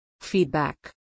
Feedback